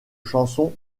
chansons